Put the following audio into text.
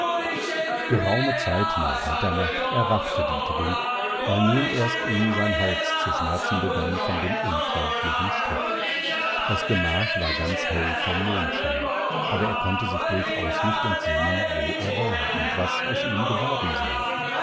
geraume zeit nach mitternacht erwachte dietegen weil nun erst ihn sein hals zu schmerzen begann von dem unfreundlichen strick das gemach war ganz hell vom mondschein aber er konnte sich durchaus nicht entsinnen wo er war und was aus ihm geworden sei